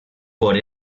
por